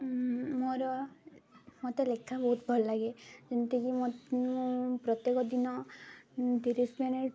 ମୋର ମତେ ଲେଖା ବହୁତ ଭଲ ଲାଗେ ଯେମିତିକି ମୋ ମୁଁ ପ୍ରତ୍ୟେକ ଦିନ ତିରିଶ ମିନିଟ୍